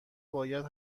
باید